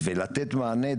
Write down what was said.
יש לו שימושים מסוימים,